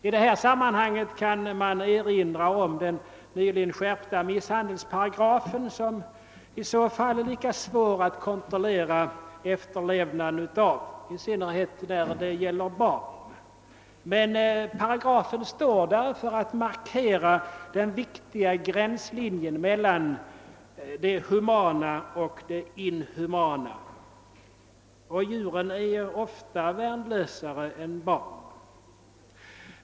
I detta sammanhang kan erinras om den nyligen skärpta misshandelsparagrafen, som i så fall är lika svår att kontrollera efterlevnaden av, i synnerhet när det gäller barn. Men paragrafen står där för att markera den viktiga gränslinjen mellan det humana och det inhumana, och djur är ofta värnlösare än barn.